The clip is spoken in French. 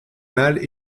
mâles